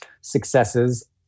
successes